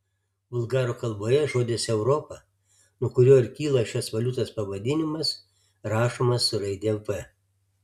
bulgarų kalboje žodis europa nuo kurio ir kyla šios valiutos pavadinimas rašomas su raide v